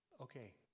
Okay